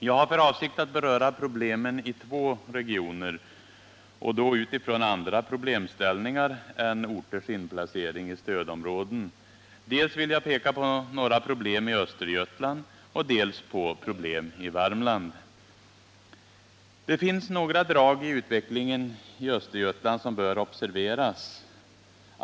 Jag har för avsikt att beröra problemen i två regioner och då utifrån andra problemställningar än orters inplacering i stödområden. Jag vill peka dels på några problem i Östergötland, dels på problem i Värmland. Det finns några drag i utvecklingen i Östergötland som bör observeras.